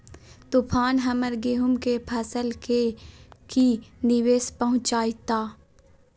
तूफान हमर गेंहू के फसल के की निवेस पहुचैताय?